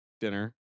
dinner